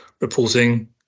reporting